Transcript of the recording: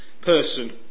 person